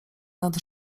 nad